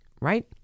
right